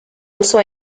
also